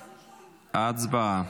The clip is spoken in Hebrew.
הצבעה.